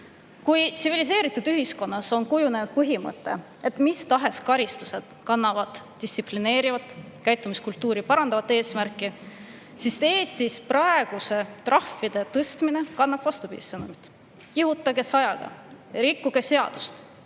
Tsiviliseeritud ühiskonnas on kujunenud põhimõte, et mis tahes karistused kannavad distsiplineerivat, käitumiskultuuri parandavat eesmärki. Eestis praegu see trahvide tõstmine kannab vastupidist sõnumit: kihutage 100-ga, rikkuge seadust,